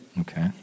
Okay